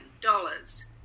dollars